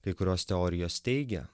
kai kurios teorijos teigia